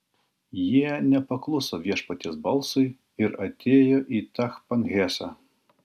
jie nepakluso viešpaties balsui ir atėjo į tachpanhesą